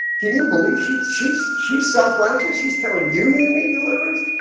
can you believe she's she's she's self righteous? she's telling you you need deliverance.